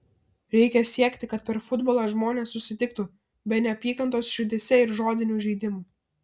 reikia siekti kad per futbolą žmonės susitiktų be neapykantos širdyse ir žodinių žeidimų